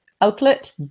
outlet